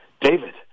David